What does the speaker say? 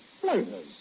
Floaters